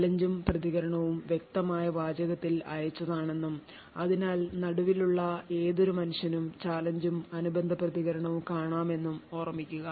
challenge ഉം പ്രതികരണവും വ്യക്തമായ വാചകത്തിൽ അയച്ചതാണെന്നും അതിനാൽ നടുവിലുള്ള ഏതൊരു മനുഷ്യനും ചാലഞ്ച് ഉം അനുബന്ധ പ്രതികരണവും കാണാമെന്നും ഓർമ്മിക്കുക